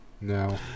No